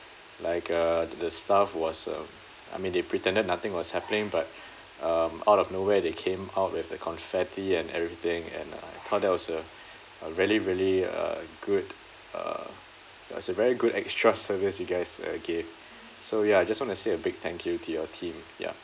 like uh the staff was uh I mean they pretended nothing was happening but um out of nowhere they came out with the confetti and everything and I thought that was a a really really uh good uh ya it's a very good extra service you guys uh give so ya just want to say a big thank you to your team ya